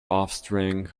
offspring